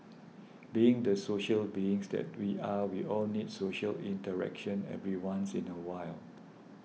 being the social beings that we are we all need social interaction every once in a while